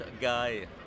guy